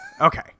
Okay